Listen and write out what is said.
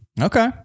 okay